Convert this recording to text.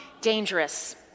dangerous